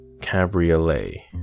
Cabriolet